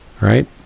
Right